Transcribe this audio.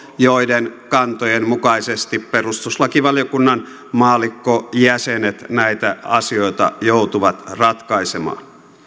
joiden kantojen mukaisesti perustuslakivaliokunnan maallikkojäsenet näitä asioita joutuvat ratkaisemaan